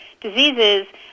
diseases